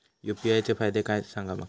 UPI चे फायदे सांगा माका?